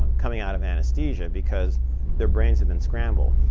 um coming out of anesthesia because their brains have been scrambled.